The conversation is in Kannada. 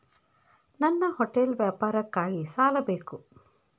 ನನ್ನ ಹೋಟೆಲ್ ವ್ಯಾಪಾರಕ್ಕಾಗಿ ಸಾಲ ಬೇಕು